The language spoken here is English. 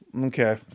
Okay